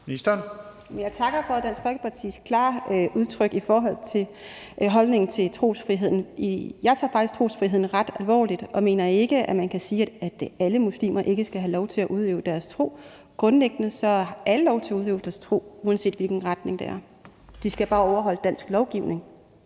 Jeg takker for Dansk Folkepartis klare udtryk i forhold til holdningen til trosfriheden. Jeg tager faktisk trosfriheden ret alvorligt og mener ikke, at man kan sige, at det gælder for alle muslimer, at de ikke skal have lov til at udøve deres tro. Grundlæggende har alle lov til at udøve deres tro, uanset hvilken retning det er – de skal bare overholde dansk lovgivning.